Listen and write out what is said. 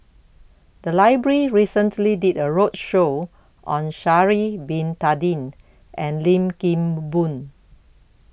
The Library recently did A roadshow on Sha'Ari Bin Tadin and Lim Kim Boon